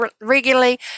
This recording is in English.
regularly